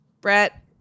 Brett